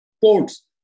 ports